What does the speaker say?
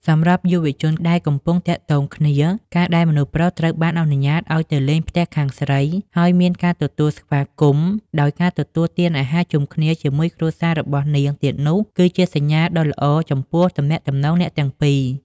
សម្រាប់យុវជនដែលកំពុងទាក់ទងគ្នា ការដែលមនុស្សប្រុសត្រូវបានអនុញ្ញាតឲ្យទៅលេងផ្ទះខាងស្រី ហើយមានការទទួលស្វាគមន៍ដោយការទទួលទានអាហារជុំគ្នាជាមួយគ្រួសាររបស់នាងទៀតនោះ គឺជាសញ្ញាដ៏ល្អមួយចំពោះទំនាក់ទំនងអ្នកទាំងពីរ។